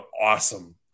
awesome